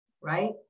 right